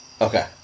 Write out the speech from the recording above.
Okay